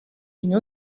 une